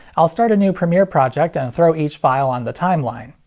i'll start a new premiere project, and throw each file on the timeline.